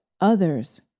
others